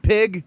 Pig